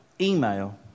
Email